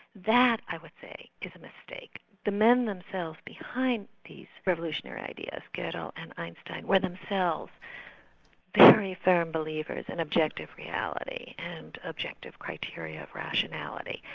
that, i would say, is a mistake. the men themselves behind these revolutionary ideas, godel and einstein, were themselves very firm believers in and objective reality, and objective criteria of rationality.